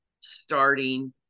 starting